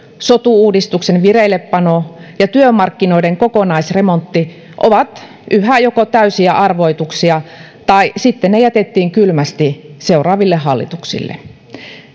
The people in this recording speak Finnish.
sotu uudistuksen vireillepano ja työmarkkinoiden kokonaisremontti ovat yhä joko täysiä arvoituksia tai sitten ne jätettiin kylmästi seuraaville hallituksille